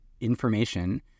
information